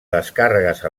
descàrregues